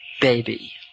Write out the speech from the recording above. baby